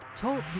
Talk